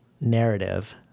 narrative